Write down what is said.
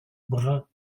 bruns